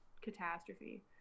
catastrophe